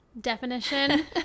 definition